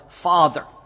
father